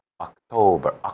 October